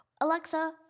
Alexa